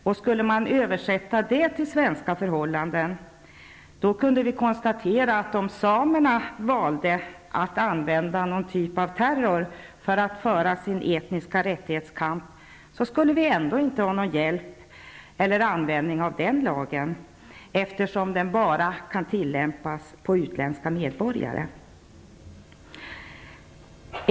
Om man skulle översätta det till svenska förhållanden, kan vi konstatera att om samerna skulle välja att med terror föra sin kamp för etniska rättigheter, skulle vi ändå inte ha någon hjälp eller användning av den nya lagen, eftersom den bara kan tillämpas på utländska medborgare.